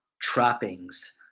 trappings